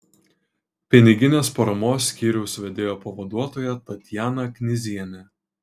piniginės paramos skyriaus vedėjo pavaduotoja tatjana knyzienė